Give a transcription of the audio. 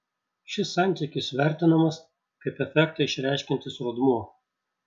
šis santykis vertinamas kaip efektą išreiškiantis rodmuo